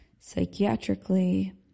psychiatrically